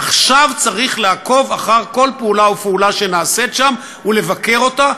עכשיו צריך לעקוב אחר כל פעולה ופעולה שנעשית שם ולבקר אותה,